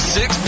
Six